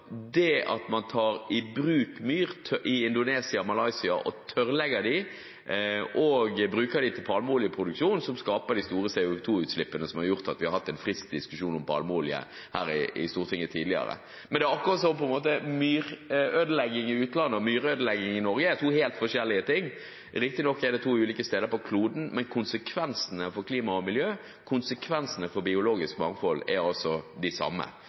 det at man tar i bruk myr i Indonesia og Malaysia, tørrlegger dem og bruker dem til palmeoljeproduksjon, som skaper de store CO 2 -utslippene, som har gjort at vi tidligere har hatt en frisk diskusjon om palmeolje her i Stortinget. Men det er akkurat som om myrødelegging i utlandet og myrødelegging i Norge er to helt forskjellige ting. Riktignok er det to ulike steder på kloden, men konsekvensene for klima og miljø og for biologisk mangfold er de samme